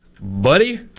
Buddy